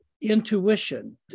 intuition